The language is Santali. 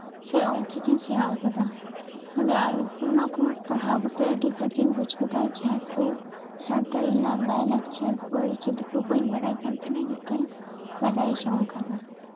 ᱥᱮ ᱚᱞᱪᱤᱠᱤᱧ ᱥᱮᱬᱟᱣ ᱠᱟᱫᱟ ᱚᱱᱟ ᱟᱨ ᱚᱱᱟ ᱠᱚ ᱯᱟᱲᱦᱟᱣ ᱠᱟᱛᱮᱫ ᱟᱹᱰᱤ ᱵᱷᱟᱜᱤᱧ ᱵᱩᱡᱽ ᱠᱟᱫᱟ ᱡᱟᱦᱟᱸ ᱠᱚ ᱥᱟᱱᱛᱟᱲᱤ ᱨᱮᱱᱟᱜ ᱞᱟᱭᱼᱞᱟᱠᱪᱟᱨ ᱠᱚ ᱟᱹᱨᱤᱪᱟᱹᱞᱤ ᱠᱚ ᱵᱟᱹᱧ ᱵᱟᱲᱟᱭ ᱠᱟᱱ ᱛᱟᱦᱮᱱᱟ ᱡᱚᱛᱚᱧ ᱵᱟᱰᱟᱭ ᱡᱚᱝ ᱠᱟᱫᱟ